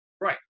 Right